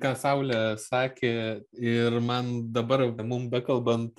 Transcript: ką saulė sakė ir man dabar mum bekalbant